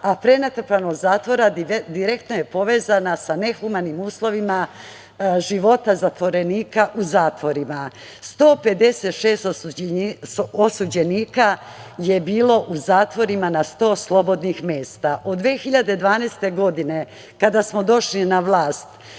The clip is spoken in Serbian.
a prenatrpanost zatvora direktno je povezana za nehumanim uslovima života zatvorenika u zatvorima. U zatvorima je bilo 156 osuđenika na 100 slobodnih mesta. Od 2012. godine, kada smo došli na vlast,